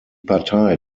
partei